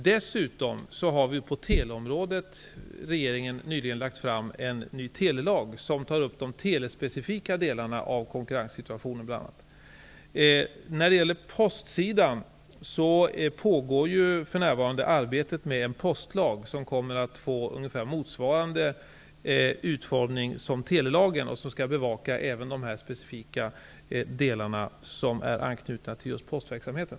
Dessutom har regeringen på teleområdet nyligen lagt fram en ny telelag som bl.a. tar upp de telespecifika delarna av konkurrenssituationen. På postsidan pågår för närvarande arbetet med en postlag som kommer att få ungefär motsvarande utformning som telelagen. Den skall även bevaka de specifika delar som är anknutna just till postverksamheten.